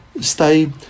stay